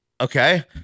Okay